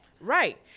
Right